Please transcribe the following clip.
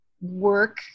work